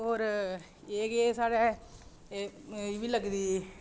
होर एह् के साढ़े एह्बी लगदी